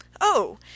Oh